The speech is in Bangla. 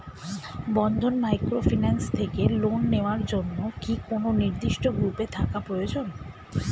বন্ধন মাইক্রোফিন্যান্স থেকে লোন নেওয়ার জন্য কি কোন নির্দিষ্ট গ্রুপে থাকা প্রয়োজন?